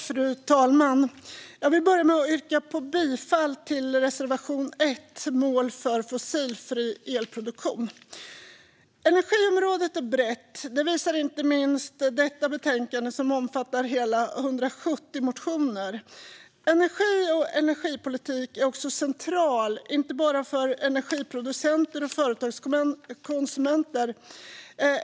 Fru talman! Jag vill börja med att yrka bifall till reservation 1 om mål om en fossilfri elproduktion. Energiområdet är brett. Det visar inte minst detta betänkande, som omfattar hela 170 motioner. Energipolitiken är central inte bara för energiproducenter och företagskonsumenter.